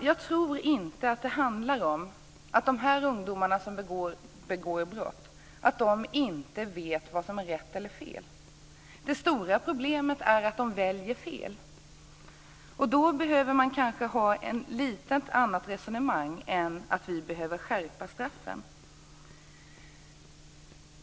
Jag tror inte att det handlar om att de ungdomar som begår brott inte vet vad som är rätt eller fel, utan det stora problemet är att de väljer fel. Då behöver man kanske ha ett lite annat resonemang än det om att vi behöver skärpa straffen.